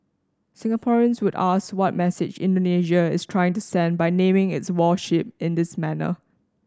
Singaporeans would ask what message Indonesia is trying to send by naming its warship in this manner